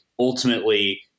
ultimately